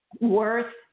worth